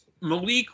Malik